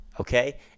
Okay